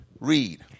Read